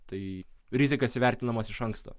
tai rizikas įvertinamos iš anksto